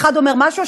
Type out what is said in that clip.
אחד אומר משהו,